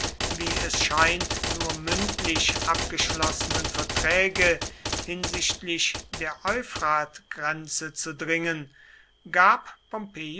wie es scheint nur mündlich abgeschlossenen verträge hinsichtlich der euphratgrenze zu dringen gab